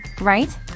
right